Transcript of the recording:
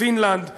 פינלנד,